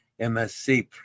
MSC